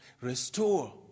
Restore